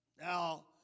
Now